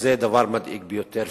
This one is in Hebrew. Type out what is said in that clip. וזה דבר מדאיג ביותר,